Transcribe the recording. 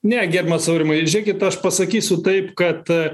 ne gerbiamas aurimai žiūrėkit aš pasakysiu taip kad